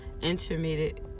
intermediate